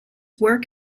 work